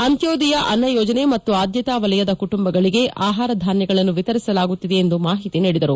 ಅಂತ್ಯೋದಯ ಅನ್ನ ಯೋಜನೆ ಮತ್ತು ಆದ್ಯತಾ ವಲಯದ ಕುಟುಂಬಗಳಿಗೆ ಆಹಾರ ಧಾನ್ಯಗಳನ್ನು ವಿತರಿಸಲಾಗುತ್ತಿದೆ ಎಂದು ಮಾಹಿತಿ ನೀಡಿದರು